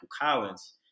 Collins